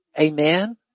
Amen